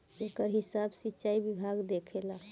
एकर हिसाब सिचाई विभाग देखेला